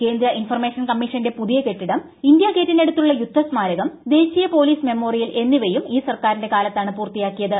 കേന്ദ്ര ഇൻഫർമേഷൻ കമ്മീഷന്റെ പുതിയ്ക്ക്കെട്ടിടം ഇന്ത്യാ ഗേറ്റിനടുത്തുള്ള യുദ്ധസ്മാരകം ദ്ദേശ്രീയ പോലീസ് മെമ്മോറിയൽ എന്നിവയും ഇൌ സർക്കാറിന്റെ കാലത്താണ് പൂർത്തിയാക്കിയത്